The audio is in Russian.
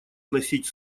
вносить